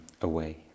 away